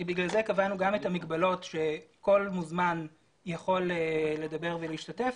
לכן קבענו גם את המגבלות שכל מוזמן יכול לדבר ולהשתתף